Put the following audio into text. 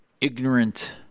ignorant